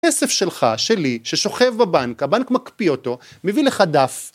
כסף שלך, שלי, ששוכב בבנק, הבנק מקפיא אותו, מביא לך דף